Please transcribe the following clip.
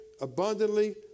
abundantly